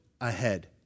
ahead